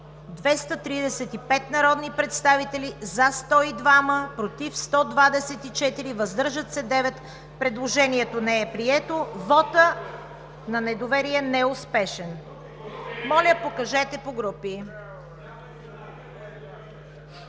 235 народни представители: за 102, против 124, въздържали се 9. Предложението не е прието. Вотът на недоверие не е успешен. Следват